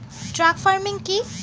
Truck farming কি?